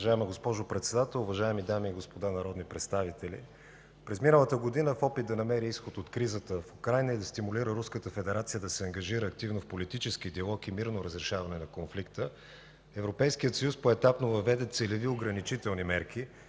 Уважаема госпожо Председател, уважаеми дами и господа народни представители! През миналата година в опит да намери изход от кризата в Украйна и да стимулира Руската федерация да се ангажира активно в политическия диалог и мирно разрешаване на конфликта, Европейският съюз поетапно въведе целеви ограничителни мерки,